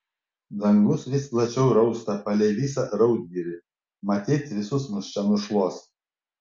dangus vis plačiau rausta palei visą raudgirį matyt visus mus čia nušluos